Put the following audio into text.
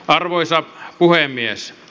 arvoisa puhemies